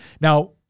Now